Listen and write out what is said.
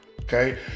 Okay